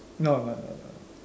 no no no no